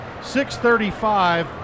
6.35